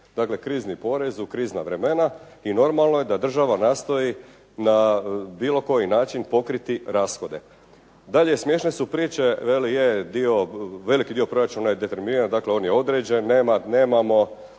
Dakle, krizni porez u krizna vremena. I normalno je da država nastoji na bilo koji način pokriti rashode. Dalje, smiješne su priče, veliki dio proračuna determiniran, dakle on je određen. Nemamo